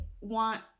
want